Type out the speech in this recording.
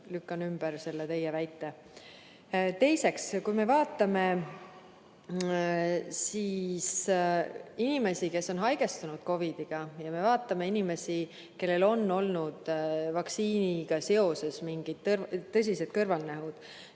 lükkan selle teie väite ümber. Teiseks, kui me vaatame inimesi, kes on haigestunud COVID-isse, ja vaatame inimesi, kellel on olnud vaktsiiniga seoses mingid tõsised kõrvalnähud,